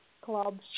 Club